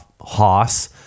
hoss